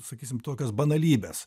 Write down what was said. sakysim tokios banalybės